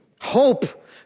Hope